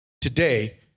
today